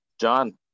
John